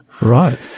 Right